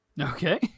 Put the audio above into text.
Okay